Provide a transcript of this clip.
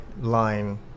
line